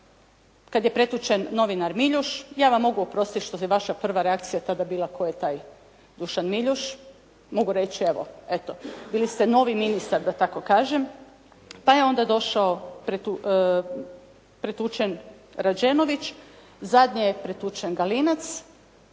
kad je pretučen novinar Miljuš. Ja vam mogu oprostiti što je vaša prva reakcija tada bila tko je taj Dušan Miljuš? Mogu reći evo, eto bili ste novi ministar da tako kažem, pa je onda došao pretučen Rađenović, zadnji je pretučen Galinac